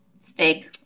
Steak